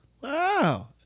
Wow